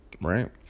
Right